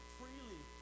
freely